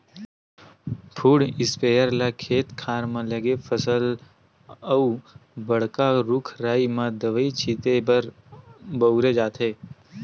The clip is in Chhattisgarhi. फुट इस्पेयर ल खेत खार म लगे फसल अउ बड़का रूख राई म दवई छिते बर बउरे जाथे